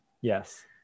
Yes